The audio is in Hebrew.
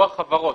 או החברות,